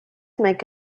make